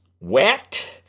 wet